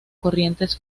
corrientes